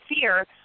fear